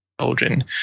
children